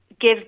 give